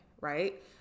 right